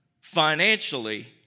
financially